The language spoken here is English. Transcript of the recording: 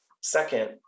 Second